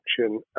action